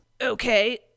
Okay